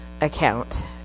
account